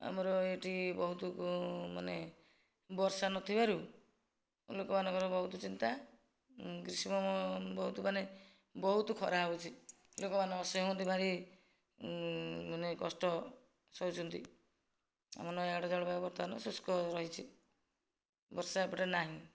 ଆମର ଏଠି ବହୁତ ମାନେ ବର୍ଷା ନଥିବାରୁ ଲୋକମାନଙ୍କର ବହୁତ ଚିନ୍ତା ଗ୍ରୀଷ୍ମ ବହୁତ ମାନେ ବହୁତ ଖରା ହେଉଛି ଲୋକମାନେ ଅସହ୍ୟ ହେଉଛନ୍ତି ଭାରି ମାନେ କଷ୍ଟ ସହୁଛନ୍ତି ଆମ ନୟାଗଡ଼ ଜଳବାୟୁ ବର୍ତ୍ତମାନ ଶୁଷ୍କ ରହିଛି ବର୍ଷା ଏପଟେ ନାହିଁ